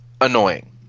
annoying